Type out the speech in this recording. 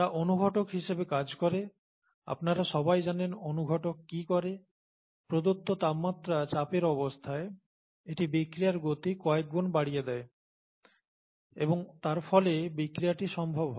তারা অনুঘটক হিসেবে কাজ করে আপনারা সবাই জানেন অনুঘটক কি করে প্রদত্ত তাপমাত্রা চাপের অবস্থায় এটি বিক্রিয়ার গতি কয়েক গুণ বাড়িয়ে দেয় এবং তার ফলে বিক্রিয়াটি সম্ভব হয়